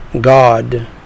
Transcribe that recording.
God